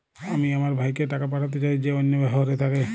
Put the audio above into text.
আমি আমার ভাইকে টাকা পাঠাতে চাই যে অন্য শহরে থাকে